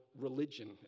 religion